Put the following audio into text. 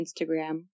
Instagram